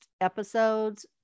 episodes